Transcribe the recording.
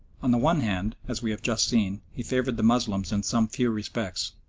on the one hand, as we have just seen, he favoured the moslems in some few respects,